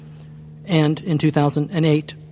and in two thousand and eight